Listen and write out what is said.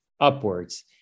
upwards